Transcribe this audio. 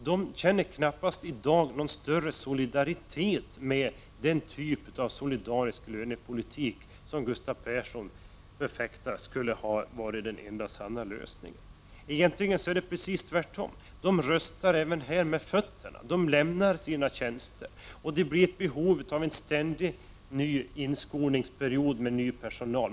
Dessa ställer knappast i dag upp på den typ av solidarisk lönepolitik som Gustav Persson förfäktar som den enda sanna lösningen. Egentligen är det precis tvärtom; de röstar så att säga även här med fötterna. De lämnar sina tjänster, och det uppstår ett behov av en ständigt ny inskolningsperiod med ny personal.